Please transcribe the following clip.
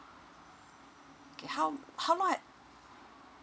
okay how how long had